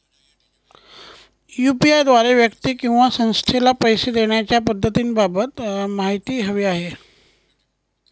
UPI द्वारे व्यक्ती किंवा संस्थेला पैसे देण्याच्या पद्धतींबाबत माहिती हवी आहे